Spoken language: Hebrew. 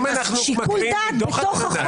שיקול דעת בתוך החוק.